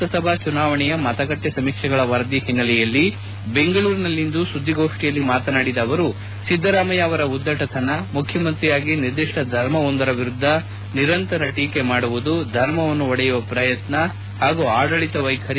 ಲೋಕಸಭಾ ಚುನಾವಣೆಯ ಮತಗಟ್ಟೆ ಸಮೀಕ್ಷೆ ವರದಿಗಳ ಸುದ್ದಿಗೋಷ್ಠಿಯಲ್ಲಿ ಮಾತನಾಡಿದ ಅವರು ಸಿದ್ದರಾಮಯ್ಯ ಅವರ ಉದ್ದಟತನ ಮುಖ್ಯಮಂತ್ರಿಯಾಗಿ ನಿರ್ದಿಷ್ಟ ಧರ್ಮವೊಂದರ ವಿರುದ್ಧ ನಿರಂತರ ಟೀಕೆ ಮಾಡುವುದು ಧರ್ಮವನ್ನು ಒಡೆಯುವ ಪ್ರಯತ್ನ ಹಾಗೂ ಆಡಳಿತ ವೈಖರಿ